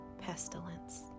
pestilence